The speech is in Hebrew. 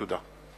תודה.